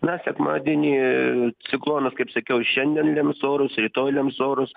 na sekmadienį ciklonas kaip sakiau ir šiandien lems orus ir rytoj lems orus